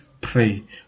pray